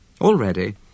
Already